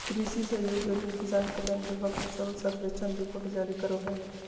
कृषि सहयोग एवं किसान कल्याण विभाग फसल सर्वेक्षण रिपोर्ट जारी करो हय